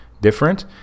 different